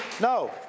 No